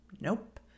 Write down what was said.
Nope